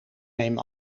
neem